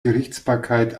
gerichtsbarkeit